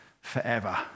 forever